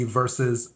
versus